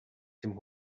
dem